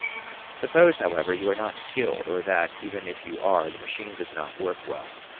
suppose, however, you are not skilled, or that, even if you are, the machine does not work well.